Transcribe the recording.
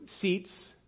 seats